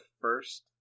first